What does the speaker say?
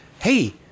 Hey